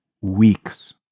weeks